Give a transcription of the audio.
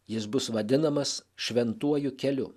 jis bus vadinamas šventuoju keliu